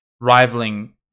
rivaling